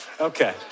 okay